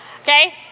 okay